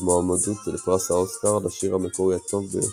במועמדות לפרס אוסקר לשיר המקורי הטוב ביותר,